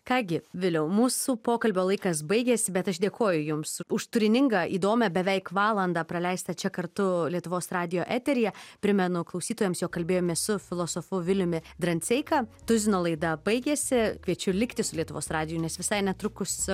ką gi viliau mūsų pokalbio laikas baigėsi bet aš dėkoju jums už turiningą įdomią beveik valandą praleistą čia kartu lietuvos radijo eteryje primenu klausytojams jog kalbėjomės su filosofu viliumi dranseika tuzino laida baigėsi kviečiu likti su lietuvos radiju nes visai netrukus